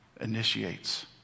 initiates